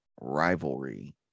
rivalry